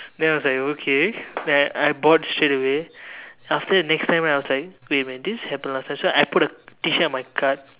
then I was like okay then I bought straight away after that the next time I was like wait a moment this happened last time so I put a T-shirt in my cart